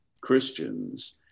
Christians